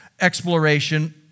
exploration